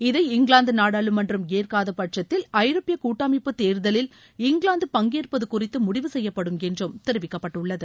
இதை இங்கிலாந்து நாடாளுமன்றம் ஏற்காத பட்சத்தில் ஐரோப்பிய கூட்டமைப்பு தேர்தலில் இங்கிலாந்து பங்கேற்பது குறித்து முடிவு செய்யப்படும் என்றும் தெரிவிக்கப்பட்டுள்ளது